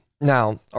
Now